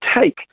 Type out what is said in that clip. take